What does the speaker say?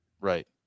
Right